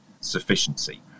sufficiency